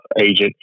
agent